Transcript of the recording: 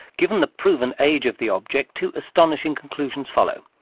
given the proven age of the object, two astonishing conclusions follow.